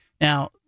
Now